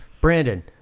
brandon